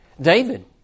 David